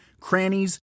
crannies